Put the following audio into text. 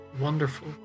wonderful